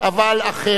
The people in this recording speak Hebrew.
אבל אחרת,